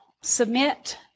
submit